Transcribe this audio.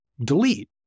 delete